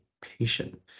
patient